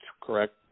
correct